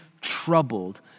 troubled